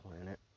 planet